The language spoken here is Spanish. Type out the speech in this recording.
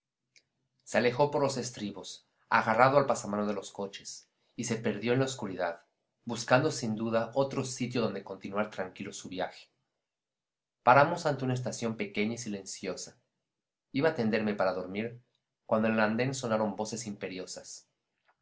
se alejó por los estribos agarrado al pasamano de los coches y se perdió en la oscuridad buscando sin duda otro sitio donde continuar tranquilo su viaje paramos ante una estación pequeña y silenciosa iba a tenderme para dormir cuando en el andén sonaron voces imperiosas